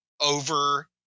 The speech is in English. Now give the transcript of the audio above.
over